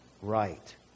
Right